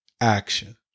action